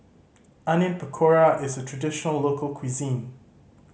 Onion Pakora is a traditional local cuisine